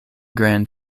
grand